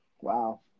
Wow